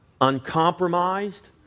uncompromised